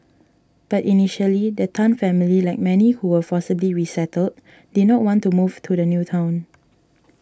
but initially the Tan family like many who were forcibly resettled did not want to move to the new town